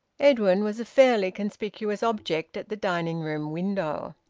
edwin was a fairly conspicuous object at the dining-room window.